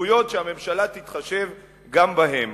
הזכויות שהממשלה תתחשב גם בהם.